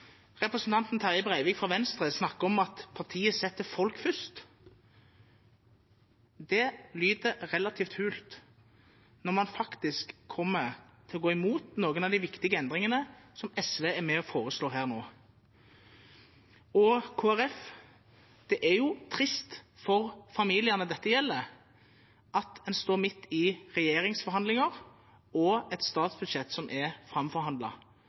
Representanten Terje Breivik fra Venstre snakker om at partiet setter folk først. Det lyder relativt hult når man faktisk kommer til å gå imot noen av de viktige endringene som SV er med på å foreslå her nå. Til Kristelig Folkeparti: Det er trist for familiene dette gjelder, at en står midt i regjeringsforhandlinger og et statsbudsjett som er